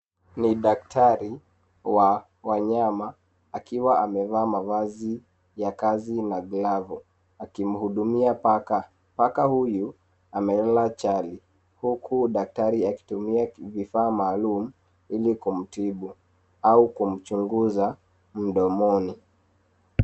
Ni daktari wa wanyama akiwa amevaa mavazi ya kazi na glavu akimhudumia paka paka huyu amelala chali huku daktari akitumia vifaa maalum ili kumtibu au kumchunguza mdomoni